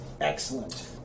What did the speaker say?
excellent